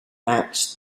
acts